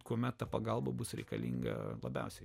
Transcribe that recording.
kuomet ta pagalba bus reikalinga labiausiai